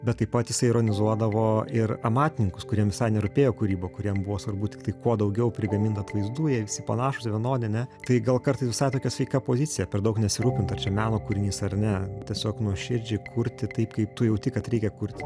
bet taip pat jisai ironizuodavo ir amatininkus kuriem visai nerūpėjo kūryba kuriem buvo svarbu tiktai kuo daugiau prigamint atvaizdų jie visi panašūs vienodi ne tai gal kartais visai tokia sveika pozicija per daug nesirūpint ar čia meno kūrinys ar ne tiesiog nuoširdžiai kurti taip kaip tu jauti kad reikia kurti